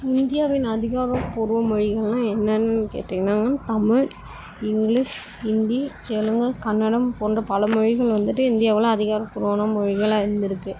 இந்தியாவின் அதிகாரப்பூர்வ மொழிகள்லாம் என்னன்னு கேட்டிங்கன்னா தமிழ் இங்கிலிஷ் ஹிந்தி தெலுங்கு கன்னடம் போன்ற பல மொழிகள் வந்துவிட்டு இந்தியாவில் அதிகாரப்பூர்வமான மொழிகளா இருந்துருக்கு